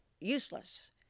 useless